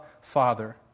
Father